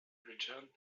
returned